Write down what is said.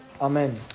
Amen